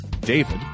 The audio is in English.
David